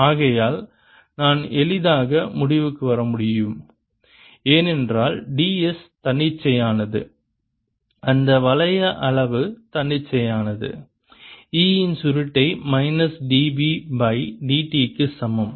ஆகையால் நான் எளிதாக முடிவுக்கு வர முடியும் ஏனென்றால் ds தன்னிச்சையானது அந்த வளைய அளவு தன்னிச்சையானது E இன் சுருட்டை மைனஸ் dB பை dt க்கு சமம்